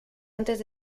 antes